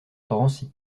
drancy